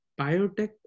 Biotech